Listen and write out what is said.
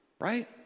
right